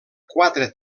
quatre